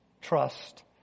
trust